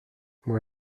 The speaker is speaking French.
moi